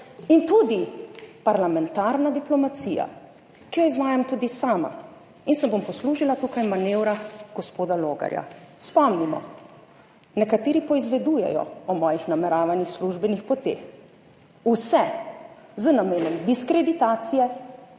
in tudi parlamentarna diplomacija, ki jo izvajam tudi sama in se bom poslužila tukaj manevra gospoda Logarja. Spomnimo, nekateri poizvedujejo o mojih nameravanih službenih poteh, vse z namenom diskreditacije